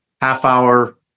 half-hour